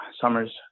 summer's